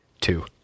Two